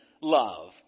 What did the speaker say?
love